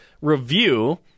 Review